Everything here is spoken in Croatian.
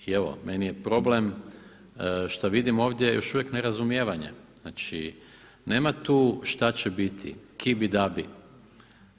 I evo meni je problem što vidim ovdje još uvijek nerazumijevanje, znači nema tu šta će biti, ki bi da bi.